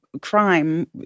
crime